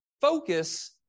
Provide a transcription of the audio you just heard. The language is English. focus